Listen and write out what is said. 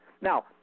Now